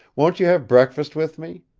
won't you have breakfast with me?